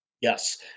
Yes